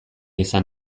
izan